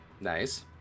Nice